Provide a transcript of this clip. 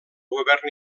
govern